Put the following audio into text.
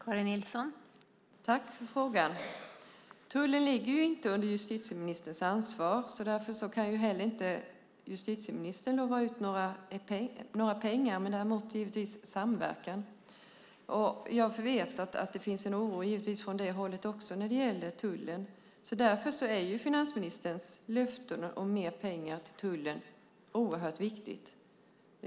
Fru talman! Jag tackar för frågan. Tullen ligger inte under justitieministerns ansvar. Därför kan inte justitieministern lova några pengar, däremot givetvis samverkan. Jag vet att det finns en oro från det hållet också när det gäller tullen. Därför är finansministerns löfte om mer pengar till tullen oerhört viktigt.